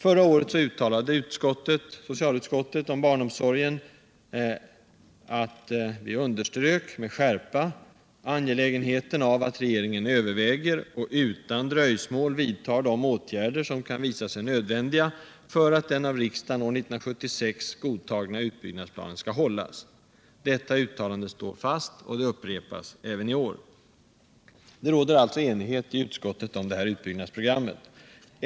Förra året underströk socialutskottet med skärpa, att det är angeläget att regeringen överväger och utan dröjsmål vidtar de åtgärder som kan visa sig nödvändiga för att den av riksdagen år 1976 godtagna utbyggnadsplanen för barnomsorgen skall hållas. Detta uttalande står fast och upprepas även i år. Det råder alltså enighet i utskottet om utbyggnadsprogrammet.